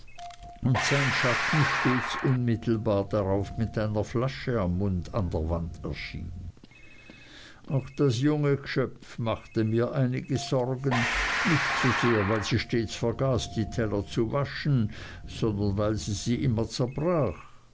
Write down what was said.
und sein schatten stets unmittelbar darauf mit einer flasche am mund an der wand erschien auch das junge gschöpf machte mir einige sorgen nicht so sehr weil sie stets vergaß die teller zu waschen sondern weil sie sie immer